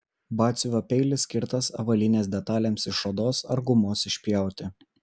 batsiuvio peilis skirtas avalynės detalėms iš odos ar gumos išpjauti